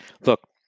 look